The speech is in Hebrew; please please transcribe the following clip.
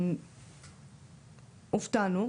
הופתענו,